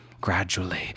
Gradually